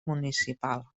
municipal